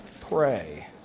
pray